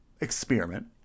experiment